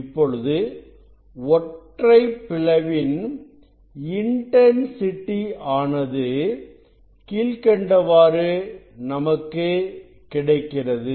இப்பொழுது ஒற்றை பிளவின் இன்டன்சிட்டி ஆனது கீழ்க்கண்டவாறு நமக்கு கிடைக்கிறது